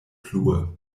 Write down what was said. plue